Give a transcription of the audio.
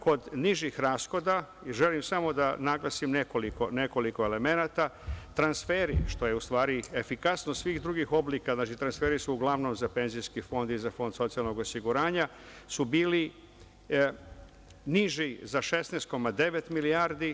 Kod nižih rashoda, želim samo da naglasim nekoliko elemenata, transferi, što je u stvari efikasnost svih drugih oblika, znači transferi su uglavnom za penzijski fond i za Fond socijalnog osiguranja, su bili niži za 16,9 milijardi.